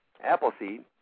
Appleseed